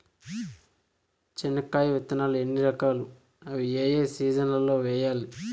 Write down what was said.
చెనక్కాయ విత్తనాలు ఎన్ని రకాలు? అవి ఏ ఏ సీజన్లలో వేయాలి?